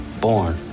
born